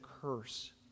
curse